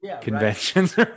conventions